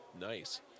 nice